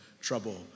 trouble